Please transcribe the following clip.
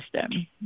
system